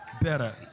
Better